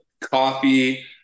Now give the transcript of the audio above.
coffee